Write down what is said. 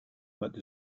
max